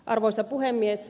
arvoisa puhemies